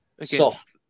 Soft